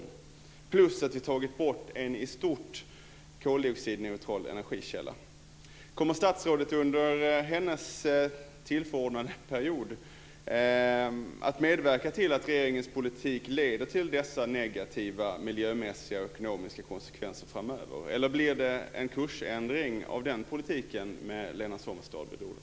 Dessutom har vi tagit bort en i stort sett koldioxidneutral energikälla. Kommer statsrådet under den period som hon är tillförordnad att medverka till att regeringens politik leder till dessa negativa, miljömässiga och ekonomiska konsekvenser framöver? Eller blir det en kursändring av den politiken med Lena Sommestad vid rodret?